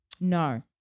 No